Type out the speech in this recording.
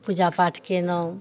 पूजा पाठ कयलहुँ